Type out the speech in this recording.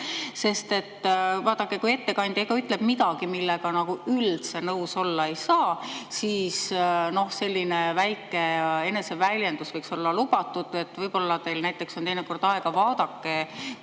Sest vaadake, kui ettekandja ütleb midagi, millega üldse nõus olla ei saa, siis selline väike eneseväljendus võiks olla lubatud. Võib-olla teil on teinekord aega, vaadake,